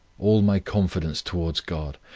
all my confidence towards god,